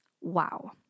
Wow